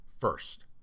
First